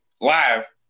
live